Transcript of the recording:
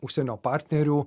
užsienio partnerių